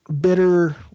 bitter